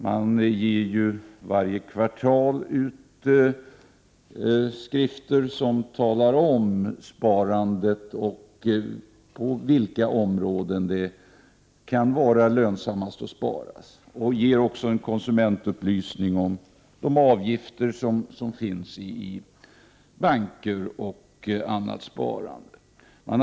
Varje kvartal ger man ut skrifter som handlar om sparandet och på vilka områden det är att spara. Man ger också konsumentupplysning om vilka avgifter som finns när det gäller sparande i bank och annat sparande.